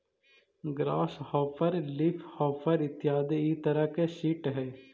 grass hopper leafhopper इत्यादि इ तरह के सीट हइ